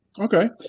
Okay